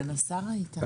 היית סגן שר התחבורה.